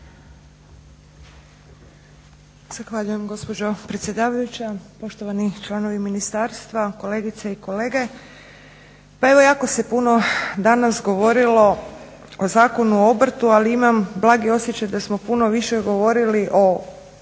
Zahvaljujem gospođo predsjedavajuća, poštovani članovi ministarstva, kolegice i kolege. Pa evo jako se puno danas govorilo o Zakonu o obrtu, ali imam blagi osjećaj da smo puno više govorili o komori,